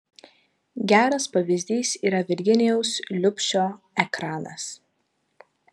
geras pavyzdys yra virginijaus liubšio ekranas